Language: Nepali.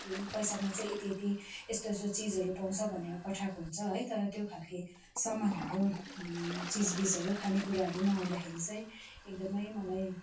पैसामा चाहिँ यति यति यस्तो यस्तो चिजहरू पाउँछ भनेर पठाएको हुन्छ है तर त्यो खालके सामानहरू चिजबिचहरू खानेकुराहरू नहुँदाखेरि चाहिँ एकदमै मलाई